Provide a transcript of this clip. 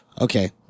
Okay